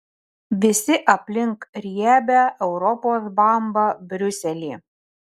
visi aplink riebią europos bambą briuselį